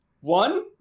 One